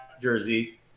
jersey